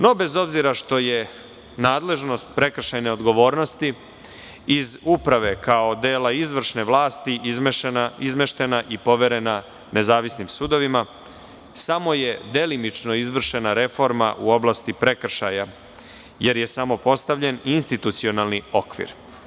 No, bez obzira što je nadležnost prekršajne odgovornosti iz uprave kao dela izvršne vlasti izmeštena i poverena nezavisnim sudovima, samo je delimično izvršena reforma u oblasti prekršaja jer je samo postavljen institucionalni okvir.